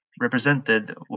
represented